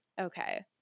okay